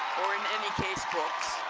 or in any case, books,